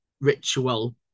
ritual